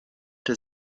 der